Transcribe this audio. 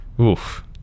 Oof